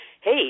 hey